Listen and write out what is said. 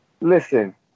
Listen